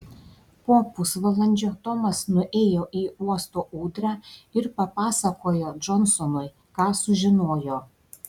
po pusvalandžio tomas nuėjo į uosto ūdrą ir papasakojo džonsonui ką sužinojo